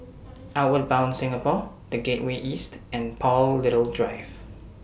Outward Bound Singapore The Gateway East and Paul Little Drive